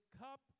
cup